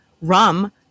rum